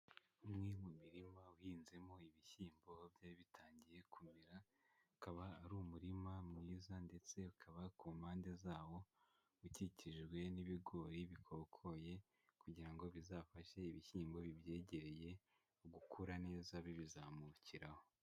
Umwe mu mirima uhinzemo ibishyimbo byari bitangiye kumera, ukaba ari umurima mwiza ndetse ukaba ku mpande zawo ukikijwe n'ibigori bikokoye kugira ngo bizafashe ibishyimbo bibyegereye gukura neza bibizamukiraho.